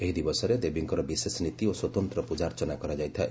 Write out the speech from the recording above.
ଏହି ଦିବସରେ ଦେବୀଙ୍କର ବିଶେଷନୀତି ଓ ସ୍ୱତନ୍ତ୍ର ପ୍ରଜାର୍ଚ୍ଚନା କରାଯାଇଥାଏ